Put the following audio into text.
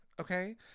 okay